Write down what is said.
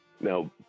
Now